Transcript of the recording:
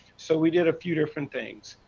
so we did a few different things.